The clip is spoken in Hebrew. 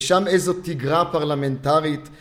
שם איזו תיגרה פרלמנטרית.